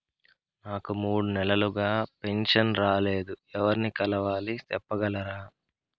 నాకు మూడు నెలలుగా పెన్షన్ రాలేదు ఎవర్ని కలవాలి సెప్పగలరా?